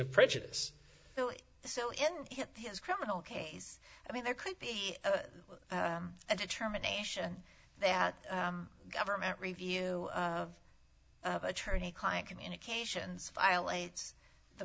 of prejudice so in his criminal case i mean there could be a determination that government review of attorney client communications violates the